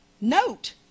note